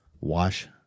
Wash